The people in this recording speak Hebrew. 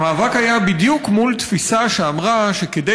המאבק היה בדיוק מול תפיסה שאמרה שכדי